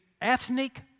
ethnic